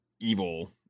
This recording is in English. evil